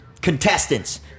contestants